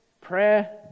Prayer